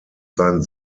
sein